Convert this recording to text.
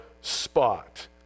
spot